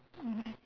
mmhmm